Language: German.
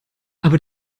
aber